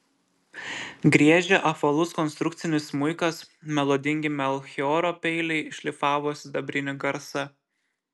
griežė apvalus konstrukcinis smuikas melodingi melchioro peiliai šlifavo sidabrinį garsą